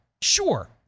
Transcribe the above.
Sure